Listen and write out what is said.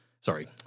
sorry